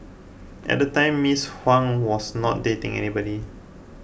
at the time Ms Huang was not dating anybody